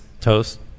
toast